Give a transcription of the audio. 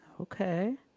Okay